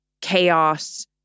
chaos